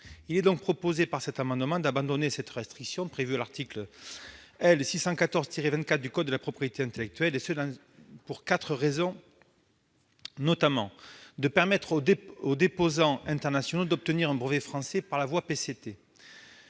Il est proposé, cet amendement, d'abandonner cette restriction prévue à l'article L. 614-24 du code de la propriété intellectuelle, et ce pour plusieurs raisons. Il s'agit de permettre aux déposants internationaux d'obtenir un brevet français par la voie du